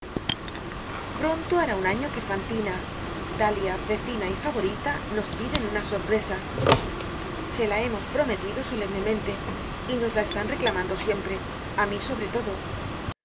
pronto hará un año que fantina dalia zefina y favorita nos piden una sorpresa se la hemos prometido solemnemente y nos la están reclamando siempre á mí sobre todo